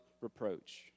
reproach